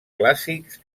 clàssics